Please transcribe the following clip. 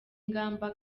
ingamba